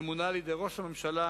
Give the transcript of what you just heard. ממונה על-ידי ראש הממשלה,